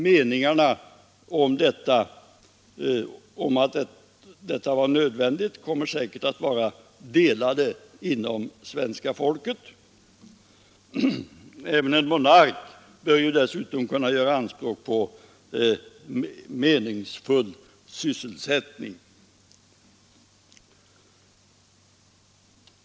Meningarna om huruvida detta var nödvändigt kommer säkert att vara delade inom svenska folket. Även en monark bör dessutom kunna göra anspråk på meningsfull sysselsättning.